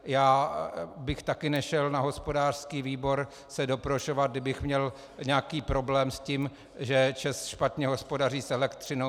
Já bych také nešel na hospodářský výbor se doprošovat, kdybych měl nějaký problém s tím, že ČEZ špatně hospodaří s elektřinou.